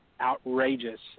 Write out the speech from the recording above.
outrageous